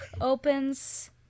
opens